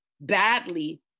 badly